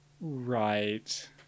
Right